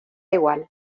igual